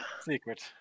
secret